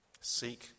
Seek